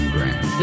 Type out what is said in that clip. Grand